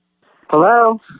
Hello